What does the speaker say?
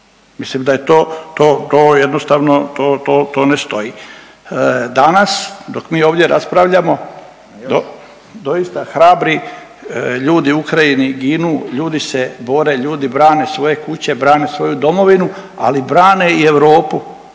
Mislim da je to, to, to jednostavno, to, to, to ne stoji. Danas dok mi ovdje raspravljamo doista hrabri ljudi u Ukrajini ginu, ljudi se bore, ljudi brane svoje kuće, brane svoju domovinu, ali brane i Europu.